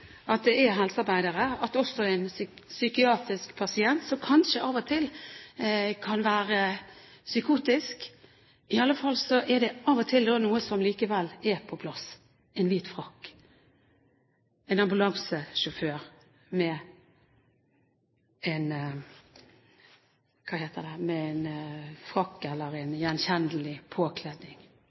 at det er helsearbeidere som kommer, når det er en psykiatrisk pasient som kanskje av og til kan være psykotisk. I alle fall er det da av og til noe som likevel er på plass: En hvit frakk, en ambulansesjåfør med en frakk eller en gjenkjennelig